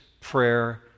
prayer